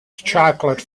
chocolate